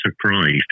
surprised